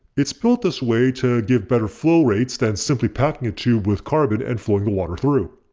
it's built this way to give better flow rates than simply packing a tube with carbon and flowing water through.